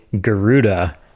Garuda